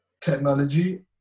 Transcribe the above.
technology